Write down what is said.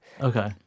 Okay